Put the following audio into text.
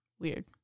Weird